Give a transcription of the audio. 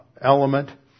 element